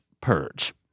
Purge